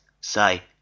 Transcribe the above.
say